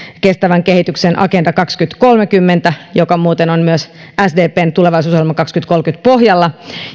kestävän kehityksen agenda kaksituhattakolmekymmentä joka muuten on myös sdpn tulevaisuusohjelma kaksituhattakolmekymmentän pohjalla